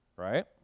Right